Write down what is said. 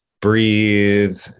breathe